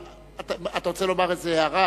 אתה רוצה לומר איזו הערה?